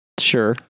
Sure